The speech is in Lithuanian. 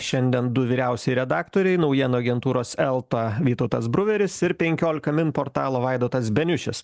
šiandien du vyriausieji redaktoriai naujienų agentūros elta vytautas bruveris ir penkiolika min portalo vaidotas beniušis